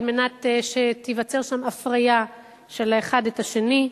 על מנת שתיווצר שם הפריה האחד של השני,